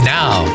now